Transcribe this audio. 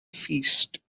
feast